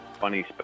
funny